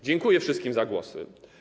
Dziękuję wszystkim za głosy.